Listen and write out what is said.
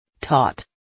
Taught